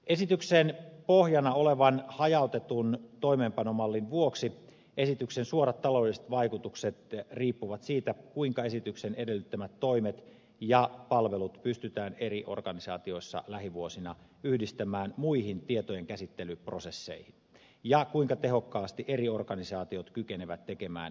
esityksen pohjana olevan hajautetun toimeenpanomallin vuoksi esityksen suorat taloudelliset vaikutukset riippuvat siitä kuinka esityksen edellyttämät toimet ja palvelut pystytään eri organisaatioissa lähivuosina yhdistämään muihin tietojenkäsittelyprosesseihin ja kuinka tehokkaasti eri organisaatiot kykenevät tekemään yhteistyötä